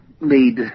made